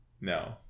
No